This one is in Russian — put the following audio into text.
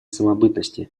самобытности